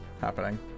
happening